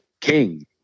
King